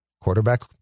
Quarterback